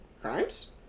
Crimes